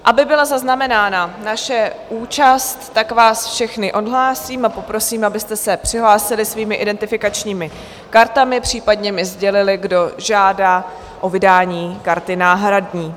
Aby byla zaznamenána naše účast, tak vás všechny odhlásím a poprosím, abyste se přihlásili svými identifikačními kartami, případně mi sdělili, kdo žádá o vydání karty náhradní.